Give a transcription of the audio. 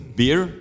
beer